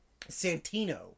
Santino